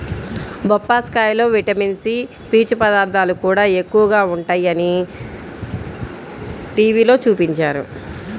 బొప్పాస్కాయలో vitamin C, పీచు పదార్థాలు కూడా ఎక్కువగా ఉంటయ్యని టీవీలో చూపించారు